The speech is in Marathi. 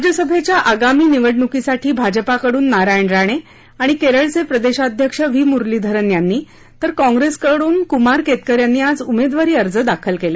राज्यसभेच्या आगामी निवडणुकीसाठी भाजपाकडून नारायण राणे आणि केरळचे प्रदेशाध्यक्ष व्ही मुरलीधरन यांनी तर कॉंप्रेसकडून कुमार केतकर यांनी आज उमेदवारी अर्ज दाखल केले